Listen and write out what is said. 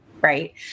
Right